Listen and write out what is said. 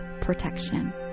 protection